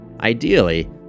Ideally